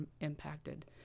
impacted